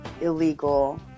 illegal